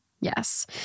Yes